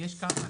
יש כמה.